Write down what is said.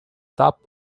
top